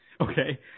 okay